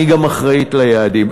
היא גם אחראית ליעדים,